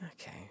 okay